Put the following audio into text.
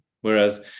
whereas